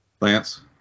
Lance